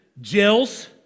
Jill's